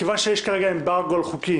מכיוון שיש כרגע אמברגו על הצעות חוק,